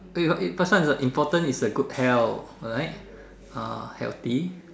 build it first one is what important is a good health alright uh healthy